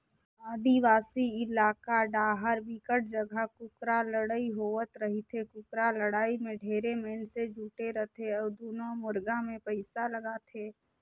आदिवासी इलाका डाहर बिकट जघा कुकरा लड़ई होवत रहिथे, कुकरा लड़ाई में ढेरे मइनसे जुटे रथे अउ दूनों मुरगा मे पइसा लगाथे